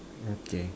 okay